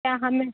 क्या हमें